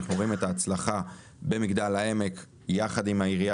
אנחנו רואים את ההצלחה במגדל העמק יחיד עם העירייה